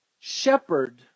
Shepherd